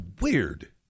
weird